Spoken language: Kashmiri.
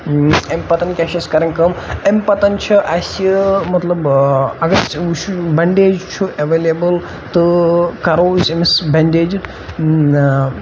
امہِ پَتَن کیاہ چھِ اَسہِ کَرٕنۍ کٲم امہِ پَتَن چھِ اَسہِ مَطلَب اَگر أسۍ وٕچھُن بَنڈیج چھُ ایویلیبِل تہٕ کَرَو أسۍ أمِس بَنڈیجہِ